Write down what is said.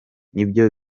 nibyo